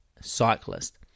cyclist